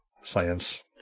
science